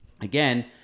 again